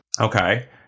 Okay